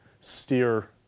steer